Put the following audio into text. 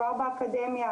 כבר האקדמיה,